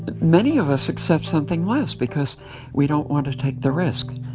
many of us accept something less because we don't want to take the risk,